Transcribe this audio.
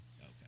Okay